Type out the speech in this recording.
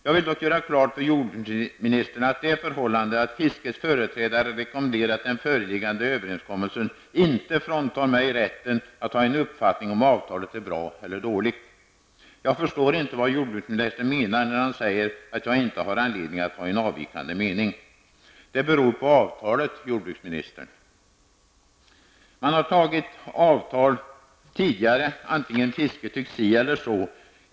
Jag vill dock göra klart för jordbruksministern att det förhållandet att fiskets företrädare rekommenderat den föreliggande överenskommelsen inte fråntar mig rätten att ha en uppfattning om avtalet är bra eller dåligt. Jag förstår inte vad jordbruksministern menar när han säger att jag inte har anledning att ha en avvikande mening. Det beror på avtalet, -- jordbruksministern. Man har tidigare träffat avtal vare sig fisket tyckt si eller så.